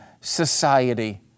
society